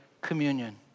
communion